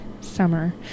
summer